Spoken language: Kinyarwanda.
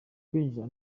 kwinjira